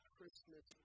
Christmas